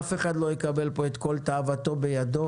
אף אחד לא ייצא מפה עם כל תאוותו בידו,